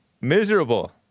miserable